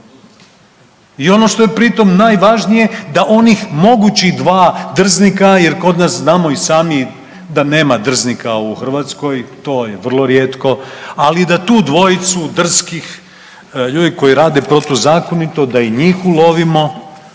I ono što je pri tom najvažnije, da onih mogućih dva drznika jer kod nas znamo i sami da nema drznika u Hrvatskoj, to je vrlo rijetko, ali da tu dvojicu drskih ljudi koji rade protuzakonito da i njih ulovimo